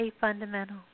fundamental